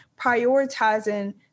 prioritizing